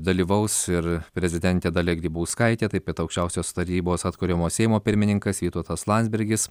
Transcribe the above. dalyvaus ir prezidentė dalia grybauskaitė taip pet aukščiausios tarybos atkuriamo seimo pirmininkas vytautas landsbergis